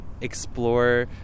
explore